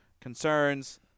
concerns